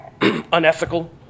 unethical